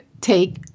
take